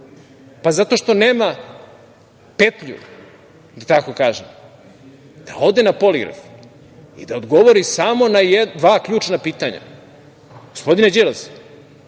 Zato što nema petlju, da tako kažem, da ode na poligraf i da odgovori samo na dva ključna pitanja. Gospodine Đilas,